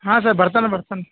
ಹಾಂ ಸರ್ ಬರ್ತಾನೆ ಬರ್ತಾನ